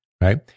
right